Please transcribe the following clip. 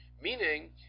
meaning